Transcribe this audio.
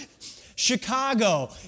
Chicago